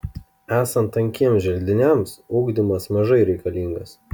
esant tankiems želdiniams ugdymas mažai reikalingas